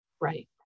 Right